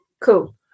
cool